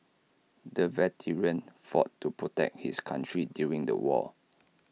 the veteran fought to protect his country during the war